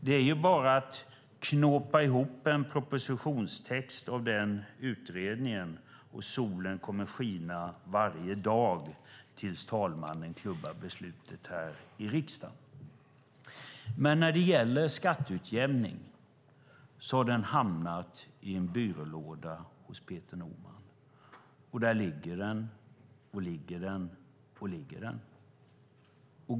Det är bara att knåpa ihop en propositionstext av utredningen och solen kommer att skina varje dag tills talmannen klubbar beslutet här i riksdagen. Frågan om skatteutjämning har hamnat i en byrålåda hos Peter Norman. Där bara ligger den.